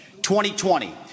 2020